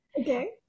okay